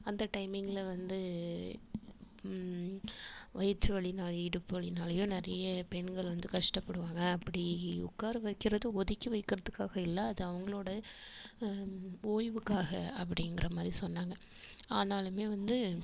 அந்த டைமிங்கில் வந்து வயிற்றுவலினால் இடுப்பு வலினாலையும் நிறைய பெண்கள் வந்து கஷ்டப்படுவாங்க அப்படி உட்கார வைக்கிறது ஒதுக்கி வைக்கிறதுக்காக இல்லை அது அவங்களோட ஓய்வுக்காக அப்படிங்கிற மாதிரி சொன்னாங்க ஆனாலும் வந்து